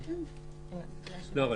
לא.